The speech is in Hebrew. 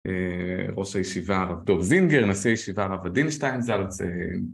ראש הישיבה הרב דב זינגר, נשיא הישיבה רב אדינשטיין זלצל.